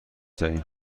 دهیم